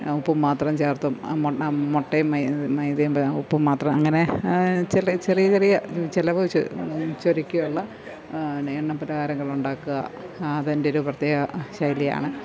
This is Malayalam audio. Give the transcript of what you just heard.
ഉപ്പും മാത്രം ചേർത്തും മുട്ട മുട്ടയും മൈ മൈദയും ഉപ്പും മാത്രവും അങ്ങനെ ചില ചെറിയ ചെറിയ ചെലവു ചുരുക്കിയുളള നെ എണ്ണ പലഹാരങ്ങളുണ്ടാക്കുക അതെന്റെയൊരു പ്രത്യേക ശൈലിയാണ്